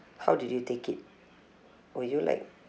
how did you take it were you like